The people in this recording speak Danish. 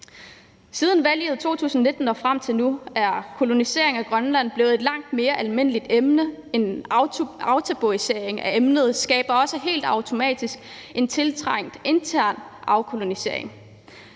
Siden valget i 2019 og frem til nu er koloniseringen af Grønland blevet et langt mere almindeligt emne. En aftabuisering af emnet skaber også helt automatisk en tiltrængt intern afkolonisering.